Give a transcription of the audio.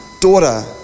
daughter